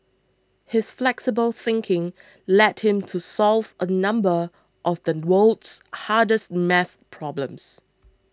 his flexible thinking led him to solve a number of the world's hardest math problems